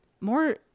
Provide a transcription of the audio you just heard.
more